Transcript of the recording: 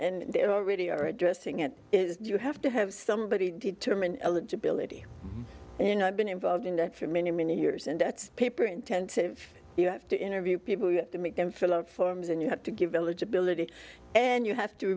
and there really are addressing it is you have to have somebody determine eligibility you know i've been involved in that for many many years and it's paper intensive you have to interview people to make them fill out forms and you have to give eligibility and you have to